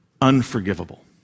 unforgivable